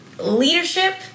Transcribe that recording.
leadership